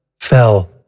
fell